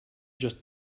just